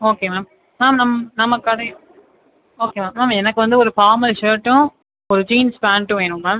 okay ma'am ma'am நம் நம்ம கடை ஓகே மேம் மேம் எனக்கு வந்து ஒரு ஃபார்மல் ஷர்ட்டும் ஒரு ஜீன்ஸ் பேண்ட்டும் வேணும் மேம்